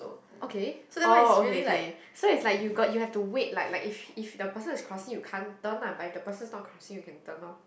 okay oh okay okay so is like you got you have to wait like like if if the person is cosy you can't turn lah but if the person no cost you can turn loh